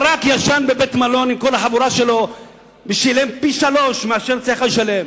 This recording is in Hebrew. ברק ישן בבית-מלון עם כל החבורה שלו ושילם פי-שלושה מאשר יצא לך לשלם.